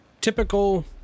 typical